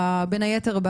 בין היתר,